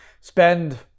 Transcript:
spend